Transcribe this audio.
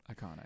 Iconic